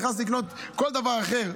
נכנס לקנות כל דבר אחר,